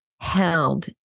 held